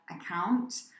account